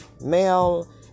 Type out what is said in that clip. male